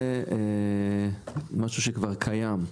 זה משהו שכבר קיים.